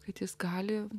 kad jis gali